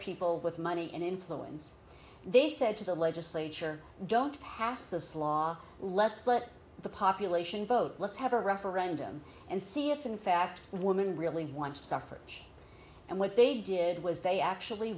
people with money and influence they said to the legislature don't pass this law let's split the population vote let's have a referendum and see if in fact woman really want to suffer and what they did was they actually